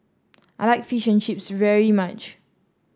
I like Fish Chips very much